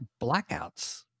blackouts